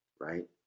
right